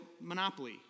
Monopoly